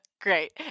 Great